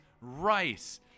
rice